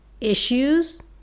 issues